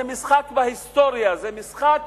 זה משחק בהיסטוריה, זה משחק